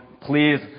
Please